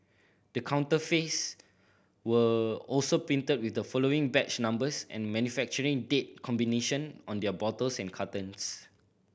the counterfeits were also printed with the following batch numbers and manufacturing date combination on their bottles and cartons